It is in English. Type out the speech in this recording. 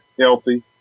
healthy